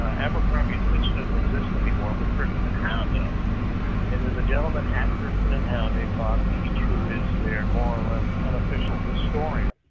abercrombie and fitch doesn't exist anymore but griffin and howe does and there is a gentleman at griffin and howe named bob beach who is their more or less unofficial historian.